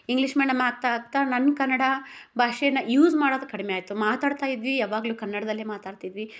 English madam ಆಗ್ತಾ ಆಗ್ತಾ ನನ್ನ ಕನ್ನಡ ಭಾಷೆನ ಯೂಸ್ ಮಾಡೋದು ಕಡಿಮೆ ಆಯಿತು ಮಾತಾಡ್ತಾ ಇದ್ವಿ ಯವಾಗಲೂ ಕನ್ನಡದಲ್ಲೇ ಮಾತಾಡ್ತಿದ್ವಿ